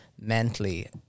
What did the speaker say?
Mentally